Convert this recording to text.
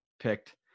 picked